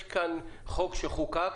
יש כאן חוק שחוקק